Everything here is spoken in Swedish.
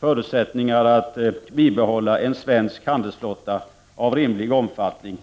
Förutsättningar att bibehålla en svensk handelsflotta av rimlig omfattning